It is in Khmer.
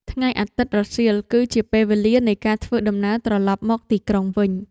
ថ្ងៃអាទិត្យរសៀលគឺជាពេលវេលានៃការធ្វើដំណើរត្រឡប់មកទីក្រុងវិញ។